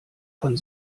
von